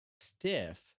stiff